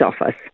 office